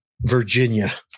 Virginia